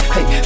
Hey